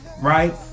right